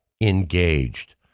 engaged